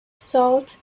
salt